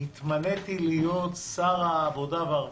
התמניתי להיות שר העבודה והרווחה,